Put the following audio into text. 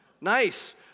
nice